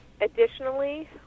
Additionally